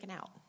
out